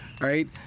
right